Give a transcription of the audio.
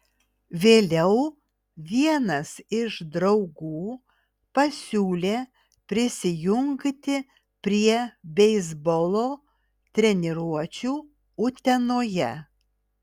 vėliau vienas iš draugų pasiūlė prisijungti prie beisbolo treniruočių utenoje